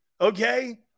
okay